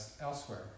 elsewhere